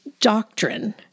doctrine